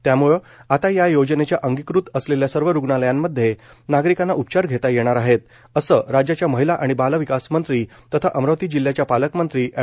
त्यामुळं आता या योजनेच्या अंगीकृत असलेल्या सर्व रुग्णालयांमध्ये नागरिकांना उपचार घेता येणार आहेत असं राज्याच्या महिला आणि बालविकास मंत्री तथा अमरावती जिल्ह्याच्या पालकमंत्री अॅड